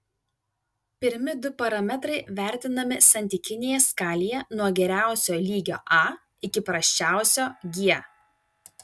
pirmi du parametrai vertinami santykinėje skalėje nuo geriausio lygio a iki prasčiausio g